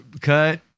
Cut